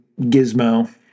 gizmo